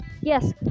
yes